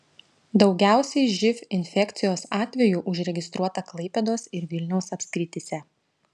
daugiausiai živ infekcijos atvejų užregistruota klaipėdos ir vilniaus apskrityse